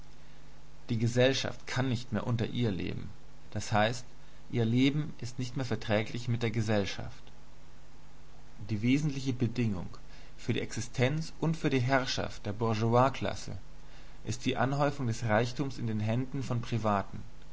die gesellschaft kann nicht mehr unter ihr leben d h ihr leben ist nicht mehr verträglich mit der gesellschaft die wesentliche bedingung für die existenz und für die herrschaft der bourgeoisklasse ist die anhäufung des reichtums in den händen von privaten